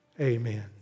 Amen